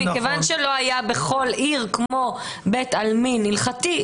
כיוון שלא היה בכל עיר כמו בית עלמין הלכתי,